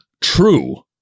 true